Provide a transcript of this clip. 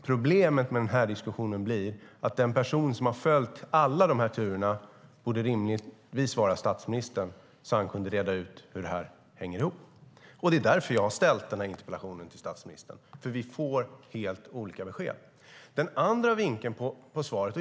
Problemet med den här diskussionen blir att den person som följt alla dessa turer rimligtvis är statsministern, och han skulle därför kunna reda ut hur det hela hänger ihop. Det är därför jag ställt interpellationen till statsministern. Vi får nämligen helt olika besked. Vi har också den andra vinkeln på svaret.